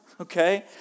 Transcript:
okay